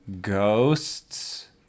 ghosts